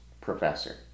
professor